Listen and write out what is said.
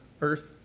Earth